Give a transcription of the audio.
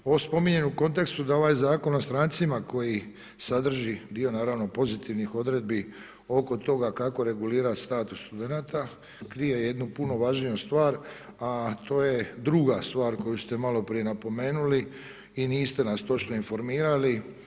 Ovo spominjem u kontekstu da ovaj Zakon o strancima koji sadrži dio pozitivnih odredbi oko toga kako regulira status studenata krije jednu puno važniju stvar, a to je druga stvar koju ste maloprije napomenuli i niste nas točno informirali.